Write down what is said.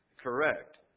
correct